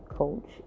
coach